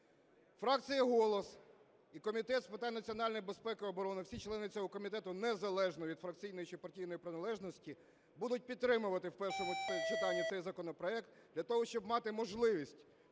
Фракція "Голос" і Комітет з питань національної безпеки і оборони, всі члени цього комітету, незалежно від фракційної чи партійної приналежності, будуть підтримувати в першому читанні цей законопроект для того, щоб мати можливість